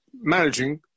managing